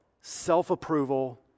self-approval